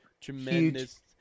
tremendous